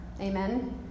Amen